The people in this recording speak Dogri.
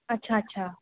अच्छा अच्छा